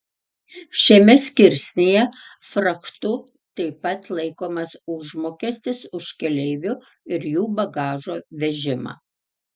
šiame skirsnyje frachtu taip pat laikomas užmokestis už keleivių ir jų bagažo vežimą